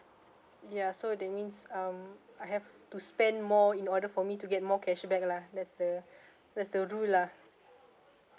ya so that means um I have to spend more in order for me to get more cashback lah that's the that's the rule lah